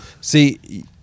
See